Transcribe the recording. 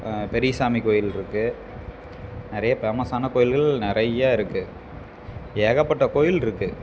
பெரியசாமி கோவில் இருக்குது நிறைய பேமஸான கோவில்கள் நிறைய இருக்குது ஏகப்பட்ட கோவில் இருக்குது